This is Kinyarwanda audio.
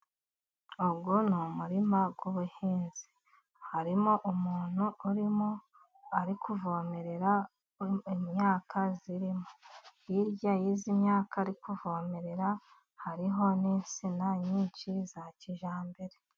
Uyu ni umuririma w'ubuhinzi, harimo umuntu urimo ari kuvomerera imyaka irimo, hirya y'iyi myaka ari kuvomerera, hariho n'insina nyinshi za kijyambere.